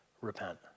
Repent